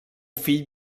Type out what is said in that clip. fill